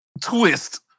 twist